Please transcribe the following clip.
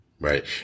Right